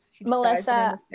Melissa